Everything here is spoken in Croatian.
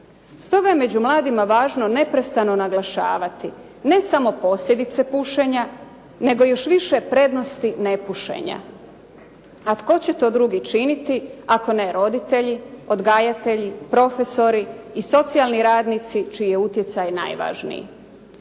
Stoga među mladima je važno neprestano naglašavati, ne samo posljedice pušenja, nego još više prednosti nepušenja. A tko će to drugi činiti, ako ne roditelji, odgajatelji, profesori i socijalni radnici, čiji je utjecaj najvažniji.